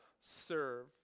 serve